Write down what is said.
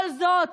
כל זאת,